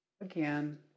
again